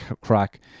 crack